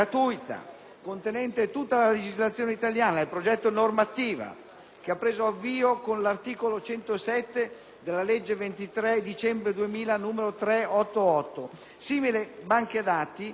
che ha preso avvio con l'articolo 107 della legge 23 dicembre 2000, n. 388. Simili banche dati sono già operanti in altri Paesi europei (ad esempio, in Francia).